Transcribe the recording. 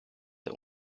der